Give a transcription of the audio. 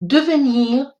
devenir